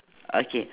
okay